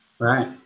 Right